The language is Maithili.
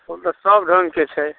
फूल तऽ सब रङ्गके छै